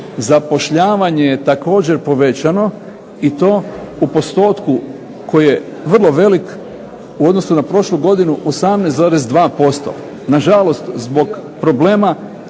zapošljavanje je također povećano i to u postotku koji je vrlo velik u odnosu na prošlu godinu, 18,2%. Na žalost zbog problema